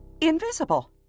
invisible